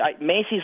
Macy's